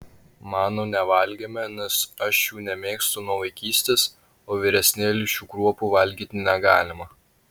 manų nevalgėme nes aš jų nemėgstu nuo vaikystės o vyresnėliui šių kruopų valgyti negalima